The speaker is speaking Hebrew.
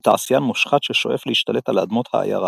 בתעשיין מושחת ששואף להשתלט על אדמות העיירה.